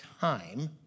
time